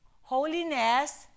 holiness